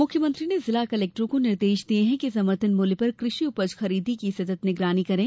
मुख्यमंत्री ने जिला कलेक्टरों को निर्देश दिये कि समर्थन मूल्य पर कृषि उपज खरीदी की सतत् निगरानी करें